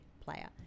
player